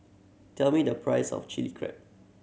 tell me the price of Chilli Crab